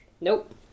Nope